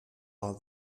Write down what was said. all